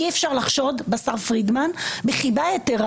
אי-אפשר לחשוד בשר פרידמן בחיבה יתרה